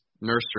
Nursery